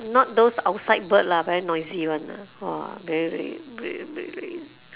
not those outside bird lah very noisy [one] !wah! very very very very